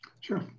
Sure